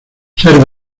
ser